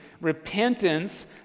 repentance